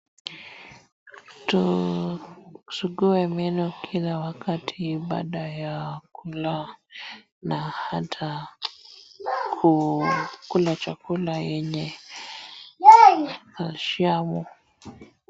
Tusugue meno kila wakati baada ya kula na hata kula chakula yenye calcium .